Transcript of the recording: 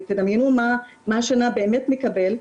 ותדמיינו מה השנה באמת נקבל,